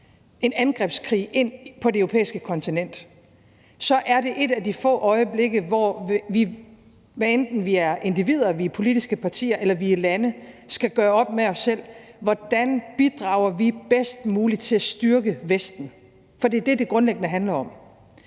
en angrebskrig ind på det europæiske kontinent, så er det et af de få øjeblikke, hvor vi, hvad enten vi er individer, vi er politiske partier eller vi er lande, skal gøre op med os selv, hvordan vi bidrager bedst muligt til at styrke Vesten. For det er det, som det grundlæggende handler om,